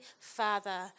father